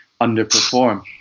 underperform